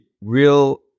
real